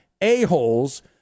A-holes